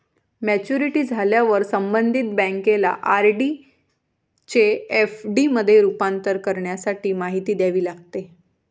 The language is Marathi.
मॅच्युरिटी झाल्यावर संबंधित बँकेला आर.डी चे एफ.डी मध्ये रूपांतर करण्यासाठी माहिती द्यावी लागते